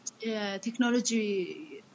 technology